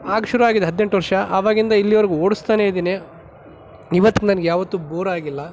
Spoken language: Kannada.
ಆಗ ಶುರು ಆಗಿದ್ದು ಹದಿನೆಂಟು ವರ್ಷ ಆವಾಗಿಂದ ಇಲ್ಲಿವರೆಗೂ ಓಡಿಸ್ತಾನೆ ಇದ್ದೀನಿ ಇವತ್ತಿಗೂ ನನಗೆ ಯಾವತ್ತೂ ಬೋರಾಗಿಲ್ಲ